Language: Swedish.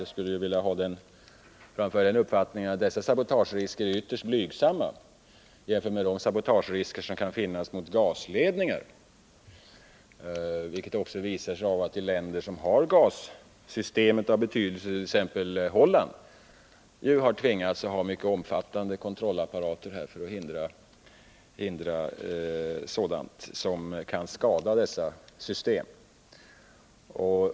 Jag vill framföra den uppfattningen att dessa sabotagerisker är ytterst blygsamma jämfört med de risker som kan finnas för sabotage mot gasledningar. Det visas också av att länder som har gassystem av betydelse, t.ex. Holland, har tvingats till mycket omfattande kontrollapparater för att hindra sådant som kan skada dessa system.